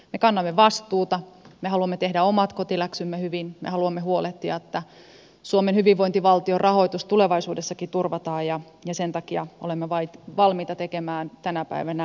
me kannamme vastuuta me haluamme tehdä omat kotiläksymme hyvin me haluamme huolehtia siitä että suomen hyvinvointivaltion rahoitus tulevaisuudessakin turvataan ja sen takia olemme valmiita tekemään tänä päivänä vaikeitakin päätöksiä